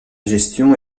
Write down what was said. gestion